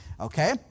Okay